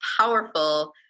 powerful